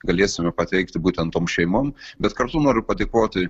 galėsime pateikti būtent tom šeimom bet kartu noriu padėkoti